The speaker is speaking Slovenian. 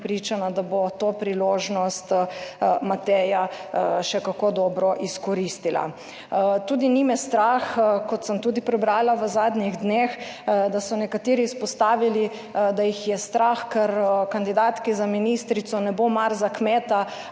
prepričana, da bo to priložnost Mateja še kako dobro izkoristila. Tudi ni me strah, kot sem tudi prebrala v zadnjih dneh, da so nekateri izpostavili, da jih je strah, ker kandidatki za ministrico ne bo mar za kmeta